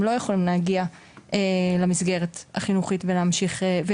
הם לא יכולים להגיע למסגרת החינוכית ולהמשיך.